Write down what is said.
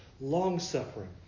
Long-suffering